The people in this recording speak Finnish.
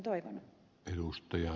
herra puhemies